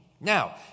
Now